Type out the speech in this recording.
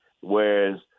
Whereas